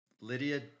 Lydia